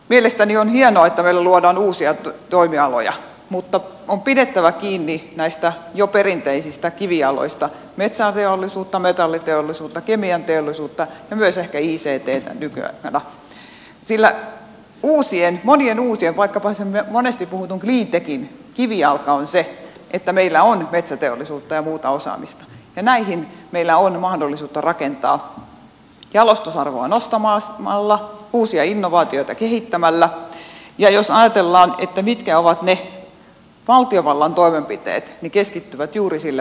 mielestäni on hienoa että meillä luodaan uusia toimialoja mutta on pidettävä kiinni näistä jo perinteisistä kivijaloista metsäteollisuudesta metalliteollisuudesta kemianteollisuudesta ja myös ehkä ictstä nykyaikana sillä monien uusien vaikkapa sen monesti puhutun cleantechin kivijalka on se että meillä on metsäteollisuutta ja muuta osaamista ja näihin meillä on mahdollisuutta rakentaa jalostusarvoa nostamalla uusia innovaatiota kehittämällä ja jos ajatellaan mitkä ovat ne valtiovallan toimenpiteet ne keskittyvät juuri sille puolelle